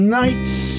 nights